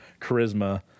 charisma